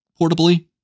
portably